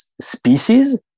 species